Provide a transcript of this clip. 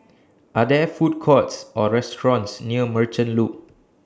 Are There Food Courts Or restaurants near Merchant Loop